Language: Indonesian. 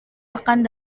akan